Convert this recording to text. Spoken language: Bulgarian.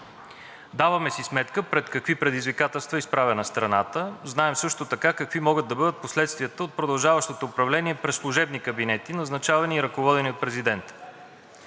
Даваме си сметка пред какви предизвикателства е изправена страната, знаем също така какви могат да бъдат последствията от продължаващото управление през служебни кабинети, назначавани и ръководени от президента.